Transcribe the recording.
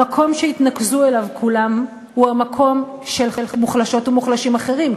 המקום שהתנקזו אליו כולם הוא המקום של מוחלשות ומוחלשים אחרים,